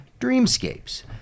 Dreamscapes